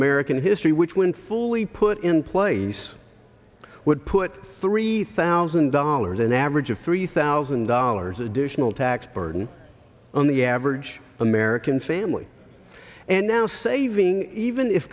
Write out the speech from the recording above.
american history which when fully put in place would put three thousand dollars an average of three thousand dollars additional tax burden on the average american family and now saving even if